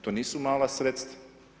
To nisu mala sredstva.